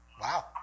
Wow